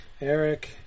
Eric